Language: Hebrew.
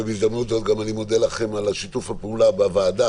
ובהזדמנות זאת גם אני מודה לכם על שיתוף הפעולה בוועדה